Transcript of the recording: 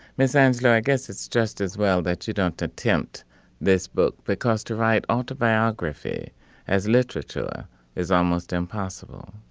miss ansgar, i guess it's just as well that you don't attempt this book, because to write autobiography as literature is almost impossible.